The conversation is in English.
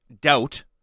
doubt